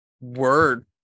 Word